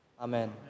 Amen